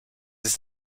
ist